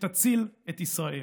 שתציל את ישראל.